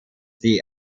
die